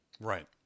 Right